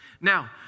Now